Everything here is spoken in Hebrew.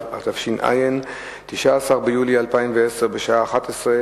מדובר בעלייה של יותר מ-100% לעומת התקופה המקבילה אשתקד.